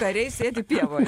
kariai sėdi pievoj